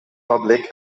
public